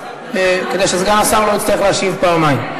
כדי שסגן השר לא יצטרך להשיב פעמיים.